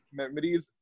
memories